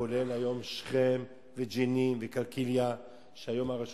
כולל שכם, ג'נין וקלקיליה, והיום הרשות